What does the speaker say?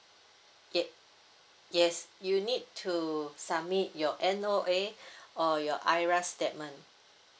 ye~ yes you need to submit your N_O_A or your IRAS statement